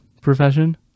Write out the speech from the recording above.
profession